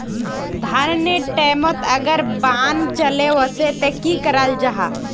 धानेर टैमोत अगर बान चले वसे ते की कराल जहा?